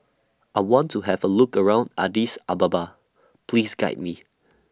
I want to Have A Look around Addis Ababa Please Guide We